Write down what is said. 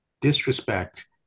disrespect